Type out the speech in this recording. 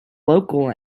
local